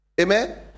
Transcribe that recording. amen